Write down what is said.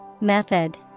Method